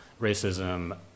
racism